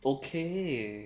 okay